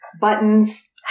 buttons